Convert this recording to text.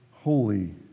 Holy